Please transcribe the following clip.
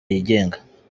yigenga